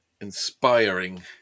Inspiring